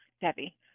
Debbie